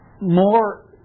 more